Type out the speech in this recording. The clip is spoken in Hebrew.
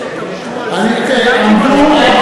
תמיד, ושהקואליציות עמדו על זה, אני כן, עמדו,